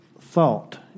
thought